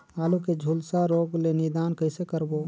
आलू के झुलसा रोग ले निदान कइसे करबो?